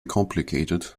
complicated